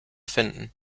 finden